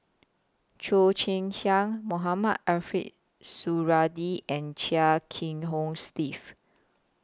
Cheo Chai Hiang Mohamed Ariff Suradi and Chia Kiah Hong Steve